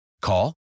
Call